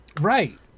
Right